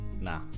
Nah